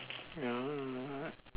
ya